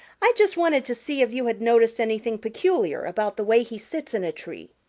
i just wanted to see if you had noticed anything peculiar about the way he sits in a tree.